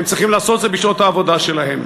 הם צריכים לעשות את זה בשעות העבודה שלהם.